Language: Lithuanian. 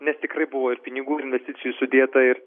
nes tikrai buvo ir pinigų investicijų sudėta ir